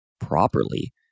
properly